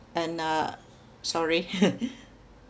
and uh sorry